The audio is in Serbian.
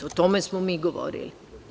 Eto, o tome smo mi govorili.